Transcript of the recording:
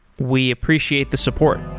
we appreciate the support